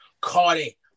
Cardi